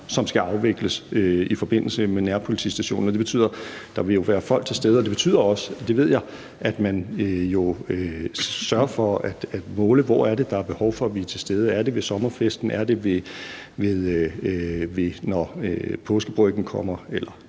der skal afvikles i forbindelse med nærpolitistationerne. Det betyder jo, at der vil være folk til stede, og det betyder også – det ved jeg – at man sørger for at holde øje med, hvor der er behov for, at man er til stede; ved sommerfesten, når der kommer påskebryg eller